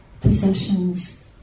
possessions